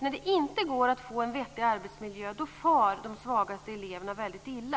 När det inte går att få en vettig arbetsmiljö far de svagaste eleverna illa.